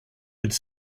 would